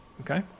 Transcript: Okay